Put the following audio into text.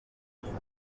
nibeza